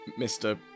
Mr